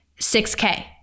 6K